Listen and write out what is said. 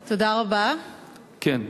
היושב-ראש,